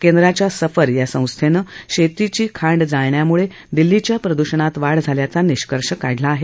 केंद्राच्या सफर या संस्थेनं शेतीची खांड जाळण्यामुळे दिल्लीच्या प्रदूषणात वाढ झाल्याचा निष्कर्ष काढला आहे